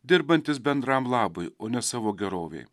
dirbantis bendram labui o ne savo gerovei